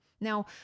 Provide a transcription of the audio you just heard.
Now